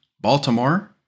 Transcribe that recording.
Baltimore